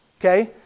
Okay